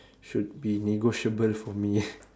should be negotiable for me ah